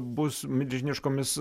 bus milžiniškomis